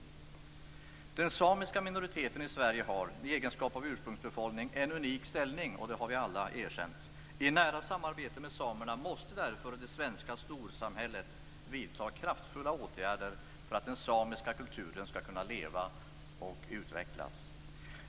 Den samiska minoriteten i Sverige har, i egenskap av ursprungsbefolkning, en unik ställning. Det har vi alla erkänt. I nära samarbete med samerna måste därför det svenska storsamhället vidta kraftfulla åtgärder för att den samiska kulturen skall kunna leva och utvecklas.